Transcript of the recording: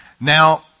Now